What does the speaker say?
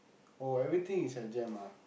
oh everything is at Jem ah